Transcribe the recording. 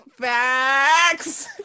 Facts